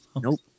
Nope